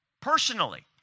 Personally